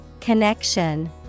Connection